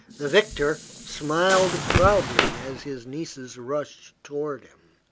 the victor smiled proudly as his nieces rushed toward him.